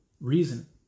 reason